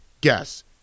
Guess